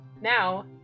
Now